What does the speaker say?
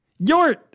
Yort